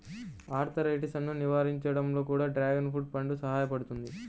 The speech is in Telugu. ఆర్థరైటిసన్ను నివారించడంలో కూడా డ్రాగన్ ఫ్రూట్ పండు సహాయపడుతుంది